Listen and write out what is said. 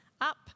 up